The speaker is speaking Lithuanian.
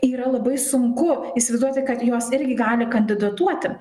yra labai sunku įsivaizduoti kad jos irgi gali kandidatuoti